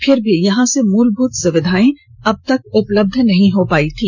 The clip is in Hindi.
फिर भी यहां मूलभूत सुविधाएं अबतक उपलब्ध नहीं हो पायी थी